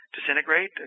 disintegrate